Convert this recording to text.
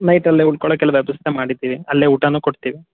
night ಅಲ್ಲೇ ಉಳ್ಕೊಳ್ಳೋಕ್ಕೆಲ್ಲ ವ್ಯವಸ್ಥೆ ಮಾಡಿದ್ದೀವಿ ಅಲ್ಲೇ ಊಟನೂ ಕೊಡ್ತೀವಿ